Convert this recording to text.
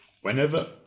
Whenever